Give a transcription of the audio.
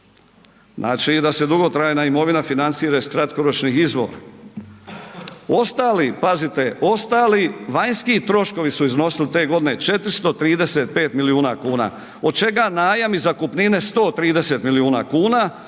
znači da se dugotrajna imovina financira iz kratkoročnih izvora. Ostali, pazite, ostali vanjski troškovi su iznosili te godine 435 milijuna kuna od čega najam i zakupnine 130 milijuna kuna,